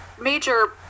major